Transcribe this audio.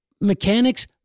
mechanics